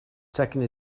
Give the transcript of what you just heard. second